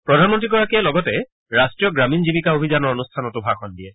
প্ৰধানমন্ত্ৰীগৰাকীয়ে লগতে ৰাট্টীয় গ্ৰামীণ জীৱিকা অভিযানৰ অনুষ্ঠানতো ভাষণ দিয়ে